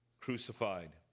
crucified